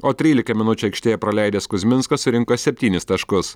o trylika minučių aikštėje praleidęs kuzminskas surinko septynis taškus